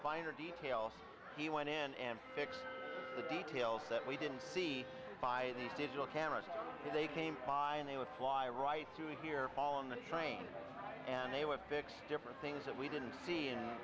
finer details he went in and the details that we didn't see by these digital cameras they came by and they would fly right through here all in the brain and they were fixed different things that we didn't see and